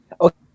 Okay